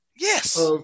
Yes